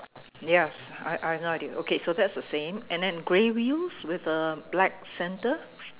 yes I I have no idea okay so that's the same and then grey wheels with a black centre